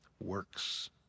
Works